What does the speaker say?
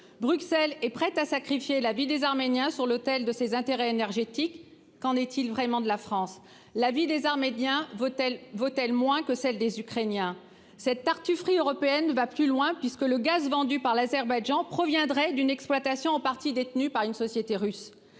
Bruxelles est prête à sacrifier la vie des Arméniens sur l'autel de ses intérêts énergétiques, qu'en est-il vraiment de la France, la vie des Arméniens Vautel vaut moins que celle des Ukrainiens cette tartufferie européenne va plus loin puisque le gaz vendu par l'Azerbaïdjan proviendrait d'une exploitation en partie détenue par une société russe